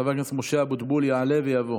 חבר הכנסת משה אבוטבול יעלה ויבוא.